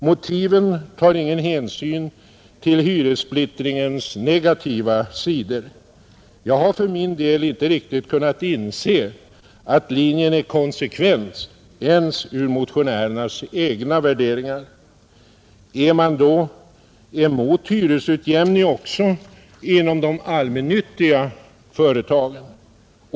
Motiven tar ingen hänsyn till hyressplittringens negativa sidor. Jag har för min del inte riktigt kunnat inse att linjen är konsekvent ens enligt motionärernas egna värderingar. Är man då emot hyresutjämning också inom de allmännyttiga företagen?